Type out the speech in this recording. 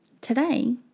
Today